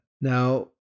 Now